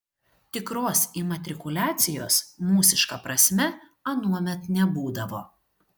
tikros imatrikuliacijos mūsiška prasme anuomet nebūdavo